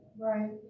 Right